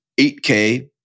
8K